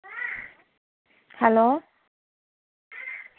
hello